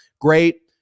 great